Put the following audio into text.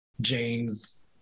Jane's